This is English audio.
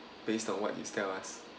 based on what you tell us